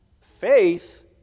Faith